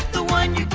the one